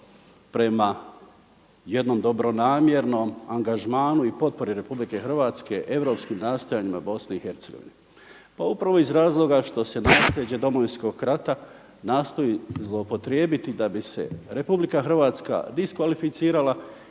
prema jednom dobronamjernom angažmanu i potpori RH europskim nastojanjima BiH. Pa upravo iz razloga što se nasljeđe Domovinskog rata nastoji zlouporabiti da bi se RH diskvalificirala